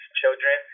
children